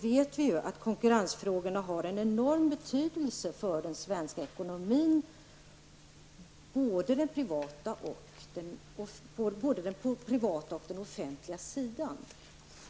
Men vi vet att konkurrensfrågorna har en mycket stor betydelse för den svenska ekonomin, både på den privata och den offentliga sidan.